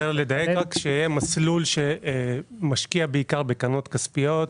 לדייק שיהיה מסלול שמשקיע בעיקר בקרנות כספיות,